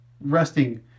resting